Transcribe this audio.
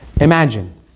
Imagine